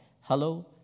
hello